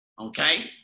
okay